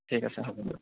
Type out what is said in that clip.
ঠিক আছে হ'ব দিয়ক